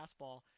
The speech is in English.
fastball